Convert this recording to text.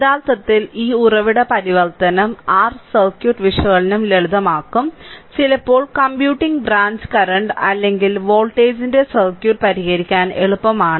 യഥാർത്ഥത്തിൽ ഈ ഉറവിട പരിവർത്തനം r സർക്യൂട്ട് വിശകലനം ലളിതമാക്കും ചിലപ്പോൾ കമ്പ്യൂട്ടിംഗ് ബ്രാഞ്ച് കറന്റ് അല്ലെങ്കിൽ വോൾട്ടേജിന്റെ സർക്യൂട്ട് പരിഹരിക്കാൻ എളുപ്പമാണ്